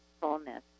fullness